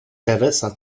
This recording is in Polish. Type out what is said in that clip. teresa